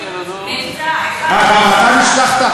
נשלחתי על-ידיו, אחד, מה, גם אתה נשלחת?